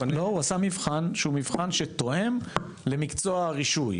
לא, הוא עשה מבחן שהוא מבחן שתואם למקצוע הרישוי.